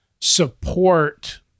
support